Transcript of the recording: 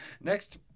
Next